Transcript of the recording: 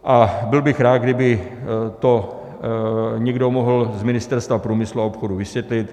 A byl bych rád, kdyby to někdo mohl z Ministerstva průmyslu a obchodu vysvětlit.